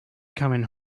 coming